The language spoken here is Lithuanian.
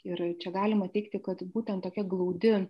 ir čia galima teigti kad būtent tokia glaudi